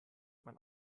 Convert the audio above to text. mein